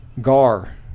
Gar